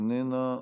איננה,